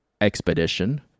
Expedition